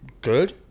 good